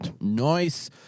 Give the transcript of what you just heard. Nice